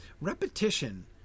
Repetition